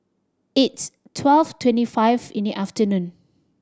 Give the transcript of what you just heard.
its twelve twenty five in the afternoon